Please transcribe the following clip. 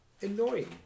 annoying